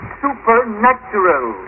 supernatural